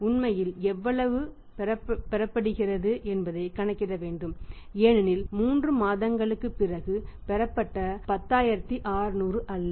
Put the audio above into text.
உண்மையில் எவ்வளவு பெறப்படுகிறது என்பதைக் கணக்கிட வேண்டும் ஏனெனில் 3 மாதங்களுக்குப் பிறகு பெறப்பட்ட 10600 அல்ல